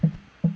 um